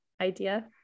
idea